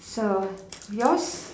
so yours